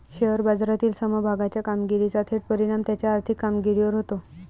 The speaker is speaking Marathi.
शेअर बाजारातील समभागाच्या कामगिरीचा थेट परिणाम त्याच्या आर्थिक कामगिरीवर होतो